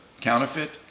counterfeit